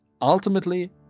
ultimately